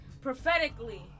Prophetically